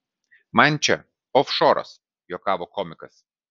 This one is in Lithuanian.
man čia ofšoras juokavo komikas